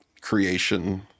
creation